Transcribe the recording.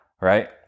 right